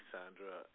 Sandra